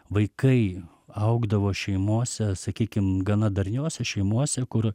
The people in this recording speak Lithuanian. vaikai augdavo šeimose sakykim gana darniose šeimose kur